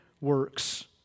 works